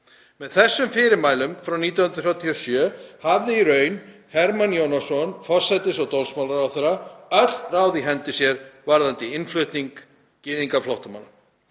Með þessum fyrirmælum frá 1937 hafði Hermann Jónasson, forsætis- og dómsmálaráðherra, öll ráð í hendi sér varðandi innflutning gyðingaflóttamanna.